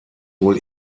wohl